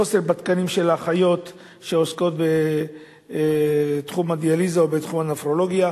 חוסר בתקנים של האחיות שעוסקות בתחום הדיאליזה או בתחום הנפרולוגיה,